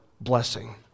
blessing